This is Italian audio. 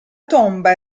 tomba